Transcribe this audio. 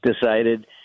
decided